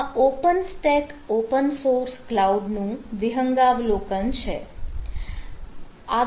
તો આ OpenStack open source cloud નું વિહંગાવલોકન છે